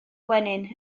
gwenyn